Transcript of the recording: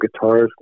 guitars